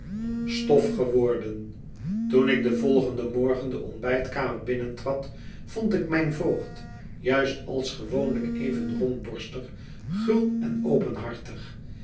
stof geworden toen ik den volgenden morgen de ontbijtkamer binnentrad vond ik mijn voogd juist als gewoonlijk even rondborstig gul en openhartig